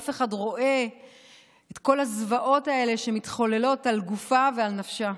אף אחד רואה את כל הזוועות האלה שמתחוללות על גופה ועל נפשה.